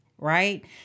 Right